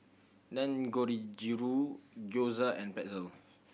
Gyoza and Pretzel